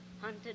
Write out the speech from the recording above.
hunted